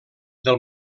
del